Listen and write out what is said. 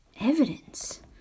Evidence